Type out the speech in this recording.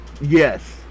Yes